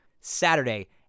Saturday